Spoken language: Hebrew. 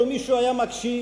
אילו מישהו היה מקשיב.